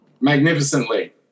magnificently